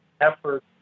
effort